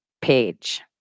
page